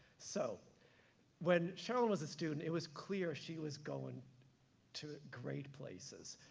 so when sherrilyn was a student, it was clear she was going to great places.